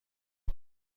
بود